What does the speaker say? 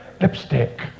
lipstick